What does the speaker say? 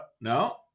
no